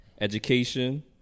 Education